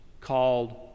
called